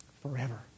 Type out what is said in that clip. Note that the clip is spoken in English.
forever